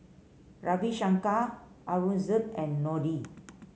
Ravi Shankar Aurangzeb and Dhoni